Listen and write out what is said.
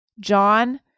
John